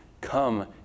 come